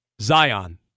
Zion